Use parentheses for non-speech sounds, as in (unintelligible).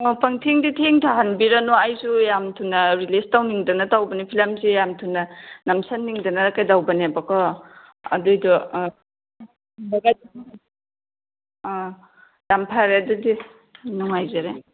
ꯑꯥ ꯄꯪꯊꯦꯡꯗꯤ ꯊꯦꯡꯊꯍꯟꯕꯤꯔꯅꯣ ꯑꯩꯁꯨ ꯌꯥꯝ ꯊꯨꯅ ꯔꯤꯂꯤꯁ ꯇꯧꯅꯤꯡꯗꯅ ꯇꯧꯕꯅꯦ ꯐꯤꯂꯝꯁꯦ ꯌꯥꯝ ꯊꯨꯅ ꯅꯝꯁꯟꯅꯤꯡꯗꯅ ꯀꯩꯗꯧꯕꯅꯦꯕꯀꯣ ꯑꯗꯨꯒꯤꯗꯣ (unintelligible) ꯑꯥ ꯌꯥꯝ ꯐꯔꯦ ꯑꯗꯨꯗꯤ ꯅꯨꯡꯉꯥꯏꯖꯔꯦ